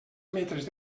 metres